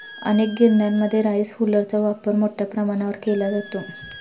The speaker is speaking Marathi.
अनेक गिरण्यांमध्ये राईस हुलरचा वापर मोठ्या प्रमाणावर केला जातो